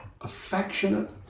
affectionate